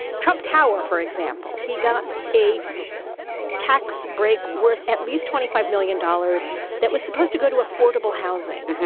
trump tower, for example, he got a tax break worth at least twenty five million dollars that was supposed to go to affordable housing.